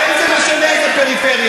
ואין זה משנה איזו פריפריה,